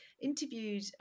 interviewed